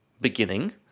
beginning